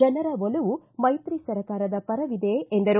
ಜನರ ಒಲವು ಮೈತ್ರಿ ಸರ್ಕಾರದ ಪರವಿದೆ ಎಂದರು